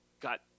got